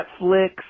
Netflix